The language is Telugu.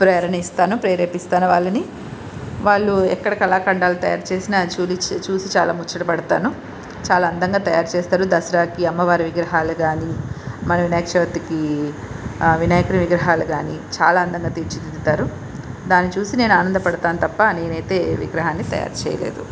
ప్రేరణ ఇస్తాను ప్రేరేపిస్తాను వాళ్ళని వాళ్ళు ఎక్కడ కళాఖండాలు తయారు చేసినా చూసి చాలా ముచ్చట పడతాను చాలా అందంగా తయారు చేస్తారు దసరాకి అమ్మవారి విగ్రహాలు కానీ మళ్ళీ వినాయక చవితికి వినాయక విగ్రహాలు కాని చాలా అందంగా తీర్చిదిద్దుతారు దాన్ని చూసి నేను ఆనందపడతాను తప్ప నేనైతే ఏ విగ్రహాన్ని తయారు చేయలేదు